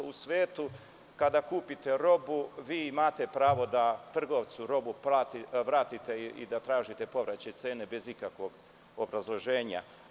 U svetu kada kupite robu imate pravo da trgovcu robu vratite i da tražite povraćaj cene bez ikakvog obrazloženja.